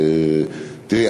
תראי,